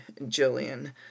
Jillian